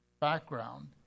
background